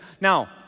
Now